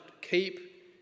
Keep